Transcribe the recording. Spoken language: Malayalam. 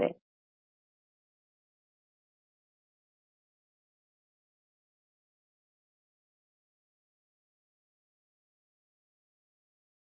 നമസ്തെ